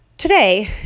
Today